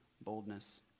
boldness